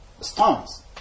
stones